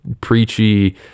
preachy